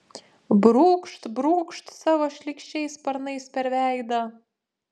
brūkšt brūkšt savo šlykščiais sparnais per veidą